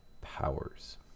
Powers